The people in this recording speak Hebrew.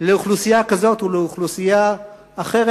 לאוכלוסייה כזאת ולאוכלוסייה אחרת,